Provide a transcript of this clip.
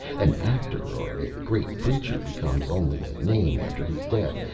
an actor or a great preacher becomes only a name after his death,